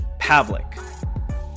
Pavlik